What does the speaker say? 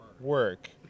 Work